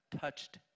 touched